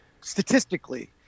statistically